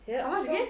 !huh! again